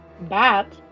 bat